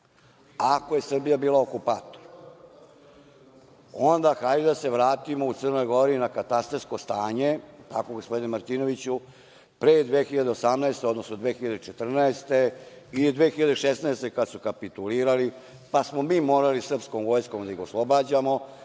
ako je Srbija bila okupator, onda hajde da se vratimo u Crnoj Gori na katastarsko stanje, jel tako, gospodine Martinoviću, pre 1918. godine, odnosno 1914. ili 1916. godine, kada su kapitulirali, pa smo mi morali srpskom vojskom da ih oslobađamo,